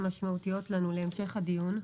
הן משמעותיות לנו להמשך הדיון.